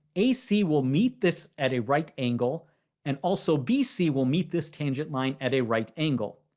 ac will meet this at a right angle and also bc will meet this tangent line at a right angle.